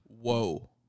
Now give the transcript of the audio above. Whoa